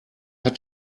hat